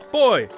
boy